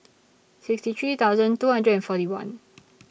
sixty three thousand two hundred and forty one